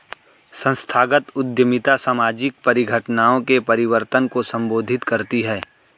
संस्थागत उद्यमिता सामाजिक परिघटनाओं के परिवर्तन को संबोधित करती है